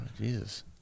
Jesus